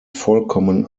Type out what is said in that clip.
vollkommen